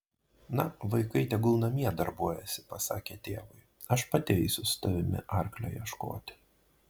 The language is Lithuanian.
na vaikai tegul namie darbuojasi pasakė tėvui aš pati eisiu su tavimi arklio ieškoti